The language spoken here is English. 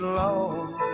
long